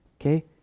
okay